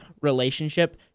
relationship